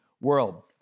world